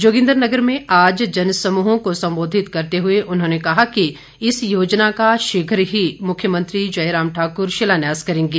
जोगिन्द्रनगर में आज जन समूहों को संबोधित करते हुए उन्होंने कहा कि इस योजना का शीघ्र ही मुख्यमंत्री जयराम ठाक्र शिलान्यास करेंगे